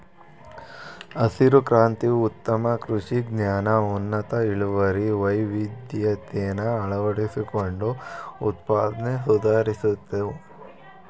ಹಸಿರು ಕ್ರಾಂತಿ ಉತ್ತಮ ಕೃಷಿ ಜ್ಞಾನ ಉನ್ನತ ಇಳುವರಿ ವೈವಿಧ್ಯತೆನ ಅಳವಡಿಸ್ಕೊಂಡು ಉತ್ಪಾದ್ನೆ ಸುಧಾರಿಸ್ತು